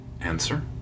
answer